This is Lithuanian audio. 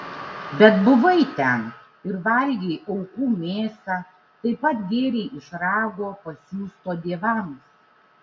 bet buvai ten ir valgei aukų mėsą taip pat gėrei iš rago pasiųsto dievams